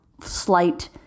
slight